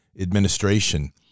administration